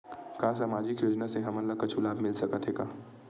का सामाजिक योजना से हमन ला कुछु लाभ मिल सकत हे?